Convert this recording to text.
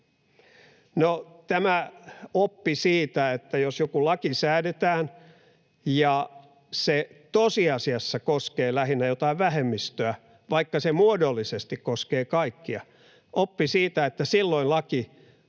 tämä oppi siitä, että jos joku laki säädetään ja se tosiasiassa koskee lähinnä jotain vähemmistöä, vaikka se muodollisesti koskee kaikkia, niin silloin laki